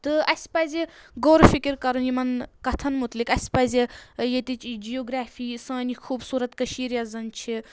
تہٕ اَسہِ پَزِ غورٕ فِکر کَرُن یِمَن کَتھَن مُتٕلِق اَسہِ پَزِ ییٚتِچ یہِ جِیَوگٕرٛیٚفی سانہِ خوٗبصوٗرت کٔشیٖر یۄس زَن چھِ